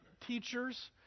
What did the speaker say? teachers